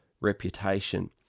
reputation